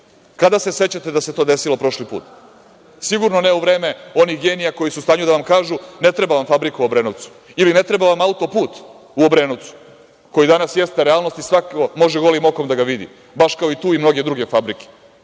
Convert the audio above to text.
Kada se sećate da se to desilo prošli put? Sigurno ne u vreme onih genija koji su u stanju da vam kažu ne treba vam fabrika u Obrenovcu ili ne treba vam auto-put u Obrenovcu koji danas jeste realnost i svako može golim okom da ga vidi, baš kao i tu i mnoge druge